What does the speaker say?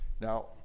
Now